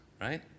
right